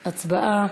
הצבעה.